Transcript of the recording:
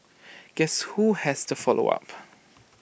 guess who has to follow up